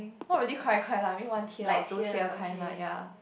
not really cry cry lah I mean one tear or two tear kind like lah